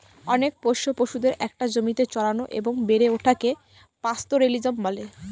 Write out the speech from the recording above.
অনেক পোষ্য পশুদের একটা জমিতে চড়ানো এবং বেড়ে ওঠাকে পাস্তোরেলিজম বলে